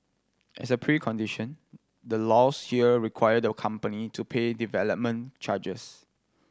as a precondition the laws here require the company to pay development charges